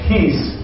Peace